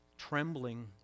trembling